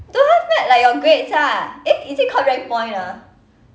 don't have meh like your grades ah eh is it called rank point ah